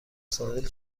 ساحل